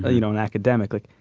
ah you know, an academic like,